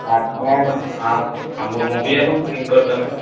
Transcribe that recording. હા તમે હા હા મું મોકલી આપું ને પિનકોડ તમે